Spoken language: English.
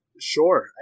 Sure